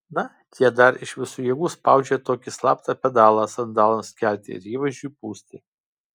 na tie dar iš visų jėgų spaudžia tokį slaptą pedalą sandalams kelti ir įvaizdžiui pūsti